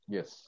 Yes